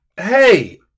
hey